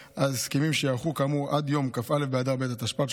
הסכמים שייערכו כאמור עד יום כ"א באדר ב' התשפ"ד,